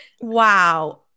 Wow